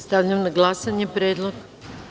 Stavljam na glasanje predlog.